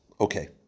Okay